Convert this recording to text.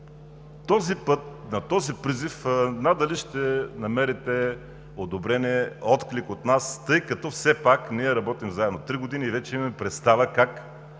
на този призив, надали ще намерите одобрение, отклик от нас, тъй като все пак ние работим заедно три години и вече имаме представа как